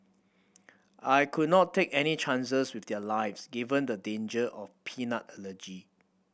I could not take any chances with their lives given the danger of peanut allergy